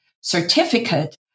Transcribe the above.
certificate